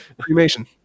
cremation